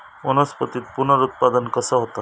वनस्पतीत पुनरुत्पादन कसा होता?